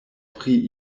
pri